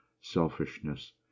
selfishness